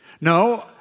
No